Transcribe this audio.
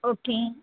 okay